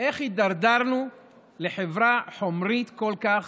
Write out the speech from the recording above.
איך התדרדרנו לחברה חומרית כל כך,